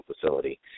facility